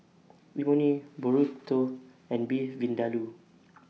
Imoni Burrito and Beef Vindaloo